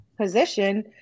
position